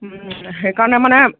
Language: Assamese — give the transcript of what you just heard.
সেইকাৰণে মানে